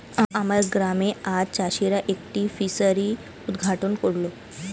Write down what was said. আমার গ্রামে আজ চাষিরা একটি ফিসারি উদ্ঘাটন করল